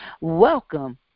welcome